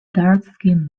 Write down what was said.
darkskinned